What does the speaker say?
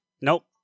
Nope